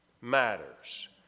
matters